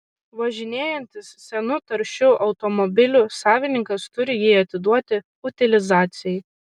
važinėjantis senu taršiu automobiliu savininkas turi jį atiduoti utilizacijai